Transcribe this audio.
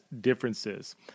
differences